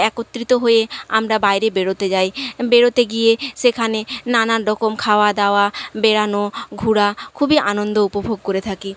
একত্রিত হয়ে আমরা বাইরে বেরোতে যাই বেরোতে গিয়ে সেখানে নানান রকম খাওয়া দাওয়া বেড়ানো ঘোরা খুবই আনন্দ উপভোগ করে থাকি